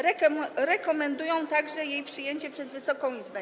Rekomendują także jej przyjęcie przez Wysoką Izbę.